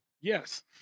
Yes